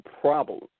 problems